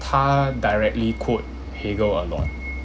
他 directly quote hegel a lot